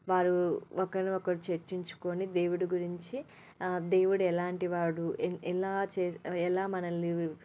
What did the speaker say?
వారు ఒకరిని ఒకరు చర్చించుకొని దేవుడు గురించి దేవుడు ఎలాంటి వాడు ఎలా ఎలా మనల్ని